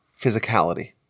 physicality